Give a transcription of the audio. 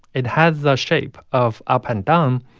it has the shape of up and um